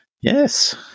Yes